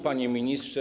Panie Ministrze!